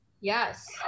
Yes